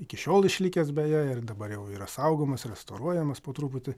iki šiol išlikęs beje ir dabar jau yra saugomas restauruojamas po truputį